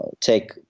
take